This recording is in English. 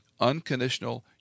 unconditional